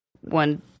One